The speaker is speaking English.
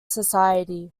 society